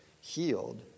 healed